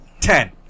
ten